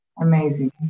amazing